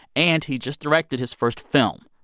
and he just directed his first film.